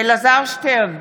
אלעזר שטרן,